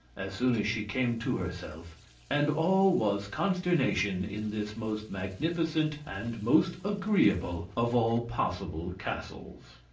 as soon as she came to herself and all was consternation in this most magnificent and most agreeable of all possible castles.